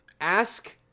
ask